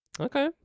okay